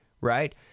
right